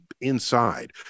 inside